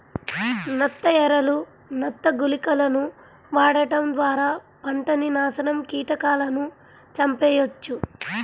నత్త ఎరలు, నత్త గుళికలను వాడటం ద్వారా పంటని నాశనం కీటకాలను చంపెయ్యొచ్చు